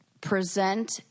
present